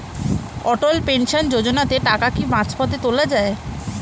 অটল pension যোজনাতে টাকা কি মাঝপথে তোলা যায়?